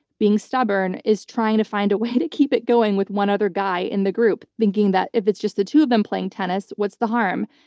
being stubborn, is trying to find a way to keep it going with one other guy in the group thinking that if it's just the two of them playing tennis, what's the harm?